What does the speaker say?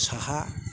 साहा